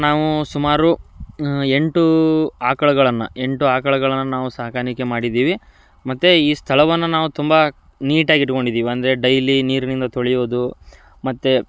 ನಾವು ಸುಮಾರು ಎಂಟು ಆಕಳುಗಳನ್ನು ಎಂಟು ಆಕಳುಗಳನ್ನು ನಾವು ಸಾಕಾಣಿಕೆ ಮಾಡಿದ್ದೀವಿ ಮತ್ತು ಈ ಸ್ಥಳವನ್ನು ನಾವು ತುಂಬ ನೀಟಾಗಿಟ್ಕೊಂಡಿದ್ದೀವಿ ಅಂದರೆ ಡೈಲಿ ನೀರಿನಿಂದ ತೊಳೆಯೋದು ಮತ್ತು